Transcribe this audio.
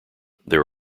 there